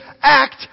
act